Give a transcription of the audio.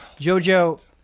JoJo